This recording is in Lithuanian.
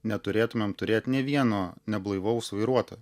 neturėtumėm turėt nė vieno neblaivaus vairuotojo